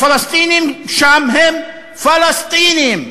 הפלסטינים שם הם פלסטינים,